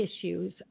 issues